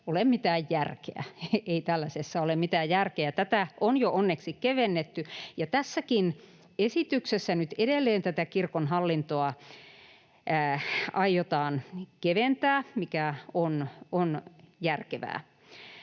ei tällaisessa ole mitään järkeä. Tätä on jo onneksi kevennetty, ja tässäkin esityksessä nyt edelleen tätä kirkon hallintoa aiotaan keventää, mikä on järkevää.